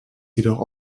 jedoch